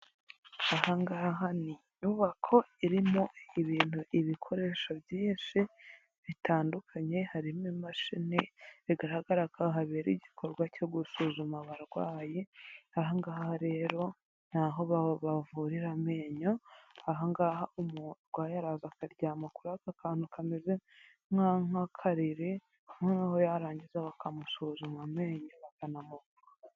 Ahangaha ni inyubako irimo ibintu ibikoresho byinshi bitandukanye harimo imashini bigaragara habera igikorwa cyo gusuzuma abarwayi, ahangaha rero ntaho baba bavurira amenyo ahangaha umurwayi araza akaryama kuri aka kantu kameze nka nk'akarere, noneho yarangiza bakamusuzuma amenyo bakanamuvura.